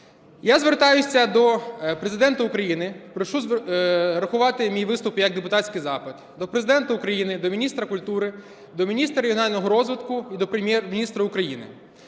Я звертаюся до Президента України, прошу врахувати мій виступ як депутатський запит до Президента України, до міністра культури, до міністра регіонального розвитку і до Прем'єр-міністра України.